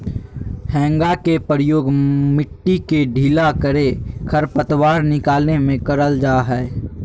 हेंगा के प्रयोग मिट्टी के ढीला करे, खरपतवार निकाले में करल जा हइ